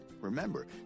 remember